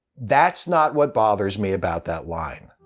that's not what bothers me about that line.